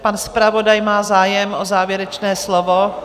Pan zpravodaj má zájem o závěrečné slovo?